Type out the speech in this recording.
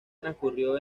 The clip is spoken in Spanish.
transcurrió